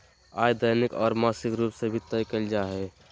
आय दैनिक और मासिक रूप में तय कइल जा हइ